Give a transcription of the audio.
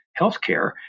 healthcare